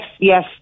yes